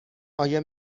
آیا